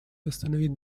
восстановить